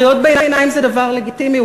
קריאות ביניים זה דבר לגיטימי,